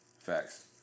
Facts